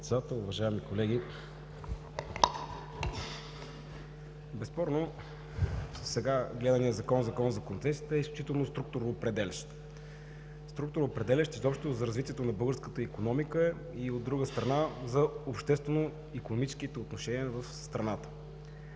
безспорно сега гледаният Закон за концесиите е считан за структуроопределящ. Структуроопределящ, изобщо за развитието на българската икономика и, от друга страна, за обществено-икономическите отношения в страната.